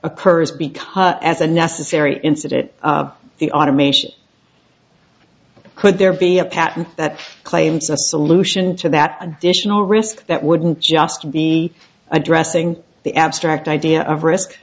occurs because as a necessary incident the automation could there be a patent that claims a solution to that additional risk that wouldn't just be addressing the abstract idea of risk